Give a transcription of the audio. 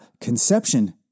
conception